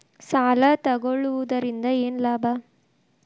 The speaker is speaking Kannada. ಸಾಲ ತಗೊಳ್ಳುವುದರಿಂದ ಏನ್ ಲಾಭ?